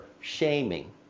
shaming